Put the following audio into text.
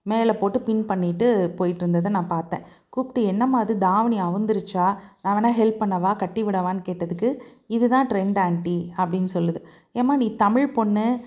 மேலே போட்டு பின் பண்ணிட்டு போயிட்ருந்ததை நான் பார்த்தேன் கூப்பிட்டு என்னமா இது தாவணி அவுந்துருச்சா நான் வேணால் ஹெல்ப் பண்ணவா கட்டி விடவான்னு கேட்டதுக்கு இது தான் ட்ரெண்ட் ஆண்டி அப்படின்னு சொல்லுது ஏம்மா நீ தமிழ் பொண்ணு